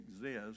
exist